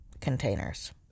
containers